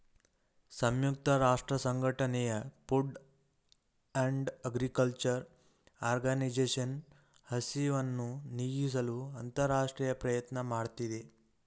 ಸಂಯುಕ್ತ ರಾಷ್ಟ್ರಸಂಘಟನೆಯ Food and Agriculture Organization ಹಸಿವನ್ನು ನೀಗಿಸಲು ಅಂತರರಾಷ್ಟ್ರೀಯ ಪ್ರಯತ್ನ ಮಾಡ್ತಿದೆ